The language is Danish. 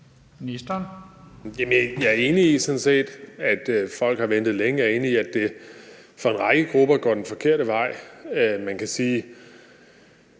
set enig i, at folk har ventet længe. Jeg er enig i, at det for en række grupper går den forkerte vej.